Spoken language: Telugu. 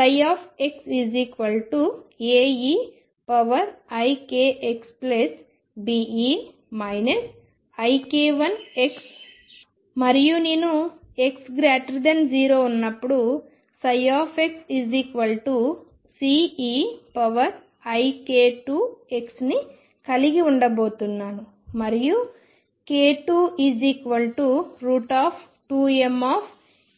xAeik1xBe ik1x మరియు నేను x0 ఉన్నప్పుడు xCeik2x ని కలిగి ఉండబోతున్నాను మరియు k22m2x